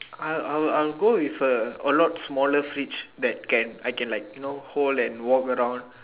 ya I I I would go with a lot smaller fridge that can I can like hold and walk around